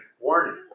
warning